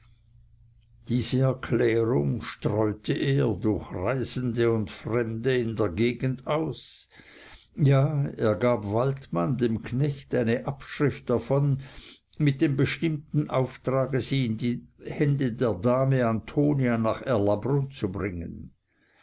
diese erklärung streute er durch reisende und fremde in der gegend aus ja er gab waldmann dem knecht eine abschrift davon mit dem bestimmten auftrage sie in die hände der dame antonia nach erlabrunn zu bringen